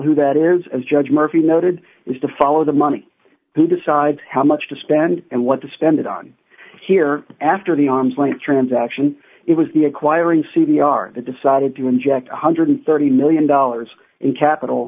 who that is as judge murphy noted is to follow the money who decides how much to spend and what to spend it on here after the arm's length transaction it was the acquiring c v r that decided to inject one hundred and thirty million dollars in capital